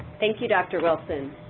thank you, dr. wilson.